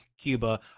Cuba